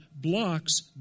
blocks